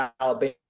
Alabama